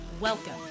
welcome